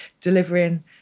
delivering